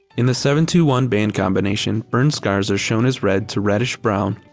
in the seven two one band combination burn scars are shown as red to reddish-brown,